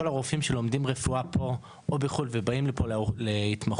כל הרופאים שלומדים רפואה פה או בחו"ל ובאים לפה להתמחות,